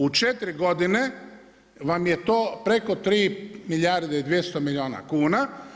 U 4 godine, vam je to preko 3 milijarde i 200 milijuna kuna.